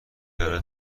داره